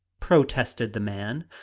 protested the man.